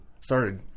started